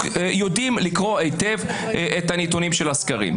יודעים לקרוא היטב את הנתונים של הסקרים.